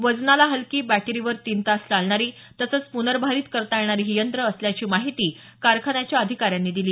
वजनाला हलकी बॅटरीवर तीन तास चालणारी तसंच पुनर्भारित करता येणारी ही यंत्र असल्याची माहिती कारखान्याच्या अधिकाऱ्यांनी दिली